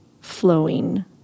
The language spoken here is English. flowing